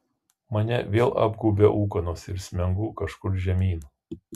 mane vėl apgaubia ūkanos ir smengu kažkur žemyn